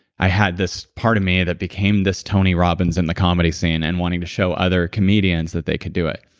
i had this part of me that became this tony robbins in the comedy scene, and wanting to show other comedians that they could do it.